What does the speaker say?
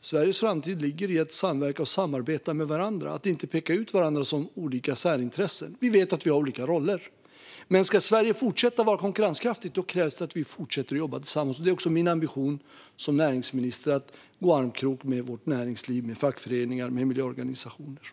Sveriges framtid ligger i att samverka och samarbeta med varandra och inte peka ut varandra som olika särintressen. Vi vet att vi har olika roller. Men ska Sverige fortsätta att vara konkurrenskraftigt krävs det att vi fortsätter att jobba tillsammans. Det är också min ambition som näringsminister att gå i armkrok med vårt näringsliv, med fackföreningar och med miljöorganisationer.